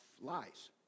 lies